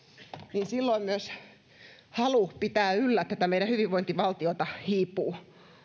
niin silloin myös halu pitää yllä tätä meidän hyvinvointivaltiotamme hiipuu